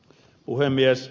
puhemies